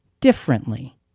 differently